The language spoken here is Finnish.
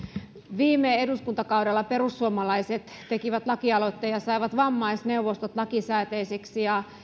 viime eduskuntakaudella perussuomalaiset tekivät lakialoitteen ja saivat vammaisneuvostot lakisääteisiksi